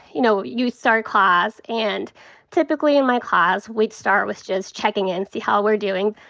you know, you start class. and typically in my class we'd start with just checking in, see how we're doing.